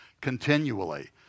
continually